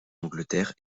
angleterre